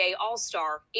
All-Star